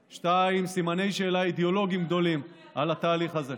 2. סימני שאלה אידיאולוגיים גדולים על התהליכים,